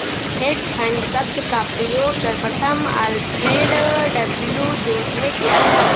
hedge fund शब्द का प्रयोग सर्वप्रथम अल्फ्रेड डब्ल्यू जोंस ने किया था